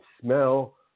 smell